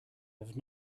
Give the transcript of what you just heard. have